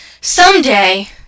Someday